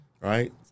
right